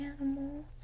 animals